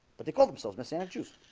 but they call themselves miss ana choose